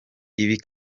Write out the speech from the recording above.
ibi